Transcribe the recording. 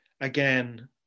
again